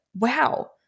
Wow